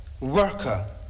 worker